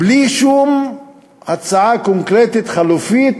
בלי שום הצעה קונקרטית חלופית,